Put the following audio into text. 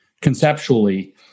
conceptually